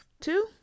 Two